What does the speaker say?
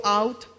out